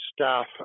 staff